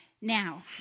now